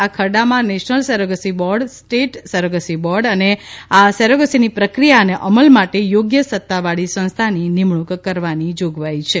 આ ખરડામાં national surrogacy board state surrogacy board અને આ સેરોગસીની પ્રક્રિયા અને અમલ માટે થોગ્ય સત્તા વાળી સંસ્થાની નિમણુંક કરવાની જોગવાઇ છે